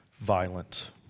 violent